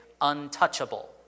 untouchable